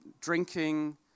Drinking